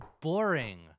boring